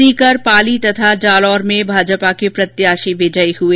सीकर पाली तथा जालौर में भाजपा के प्रत्याशी विजयी हुए